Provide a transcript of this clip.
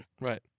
Right